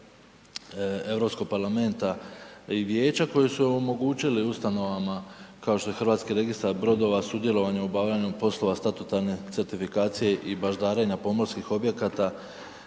kao što je HRB, sudjelovanje u obavljanju poslova statutarne certifikacije i baždarenja pomorskih objekata